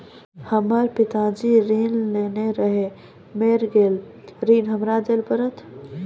हमर पिताजी ऋण लेने रहे मेर गेल ऋण हमरा देल पड़त?